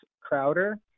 Crowder